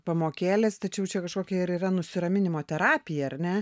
pamokėlės tačiau čia kažkokia ir yra nusiraminimo terapija ar ne